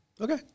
Okay